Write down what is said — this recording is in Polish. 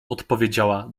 odpowiedziała